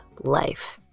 life